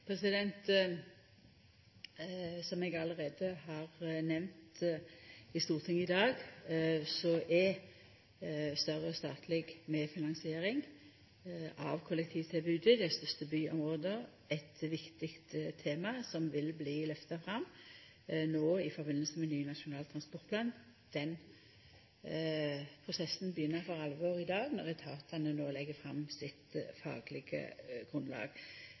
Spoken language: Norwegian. Som eg allereie har nemnt i Stortinget i dag, er større statleg medfinansiering av kollektivtilbodet i dei største byområda eit viktig tema som vil bli lyfta fram no i samband med ny Nasjonal transportplan. Den prosessen begynner for alvor i dag, når etatane no legg fram sitt faglege grunnlag.